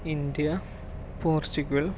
India Portugal